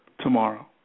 tomorrow